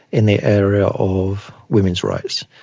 in the area of women's rights.